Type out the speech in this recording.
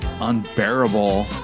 unbearable